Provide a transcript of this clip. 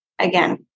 again